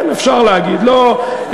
כן, אפשר להגיד, לא,